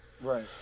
Right